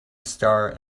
star